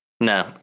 No